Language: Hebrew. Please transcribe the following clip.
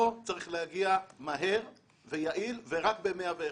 כאן צריך להגיע מהר ויעיל, ורק ב-101.